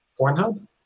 Pornhub